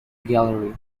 gallery